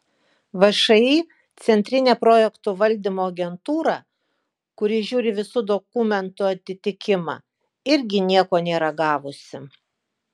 všį centrinė projektų valdymo agentūra kuri žiūri visų dokumentų atitikimą irgi nieko nėra gavusi